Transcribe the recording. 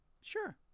Sure